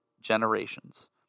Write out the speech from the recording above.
generations